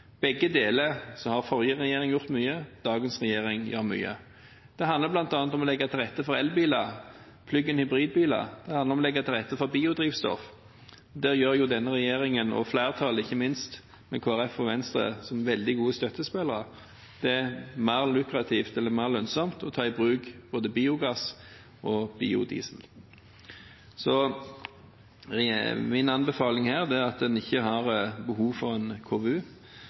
begge områder, og dagens regjering gjør mye. Det handler bl.a. om å legge til rette for elbiler og plug-in hybridbiler. Det handler om å legge til rette for biodrivstoff. På dette området gjør regjeringen – og flertallet, ikke minst, med Kristelig Folkeparti og Venstre som veldig gode støttespillere – det mer lønnsomt å ta i bruk både biogass og biodiesel. Min anbefaling er at en ikke har behov for en KVU,